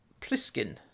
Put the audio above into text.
Pliskin